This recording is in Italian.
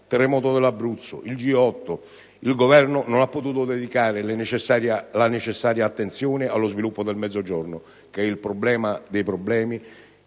il terremoto dell'Abruzzo, il G8), il Governo non ha potuto dedicare la necessaria attenzione allo sviluppo del Mezzogiorno, che è il problema dei problemi,